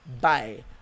Bye